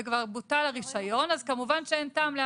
תעמוד החלטתו בתוקפה עד תום התקופה שקבע או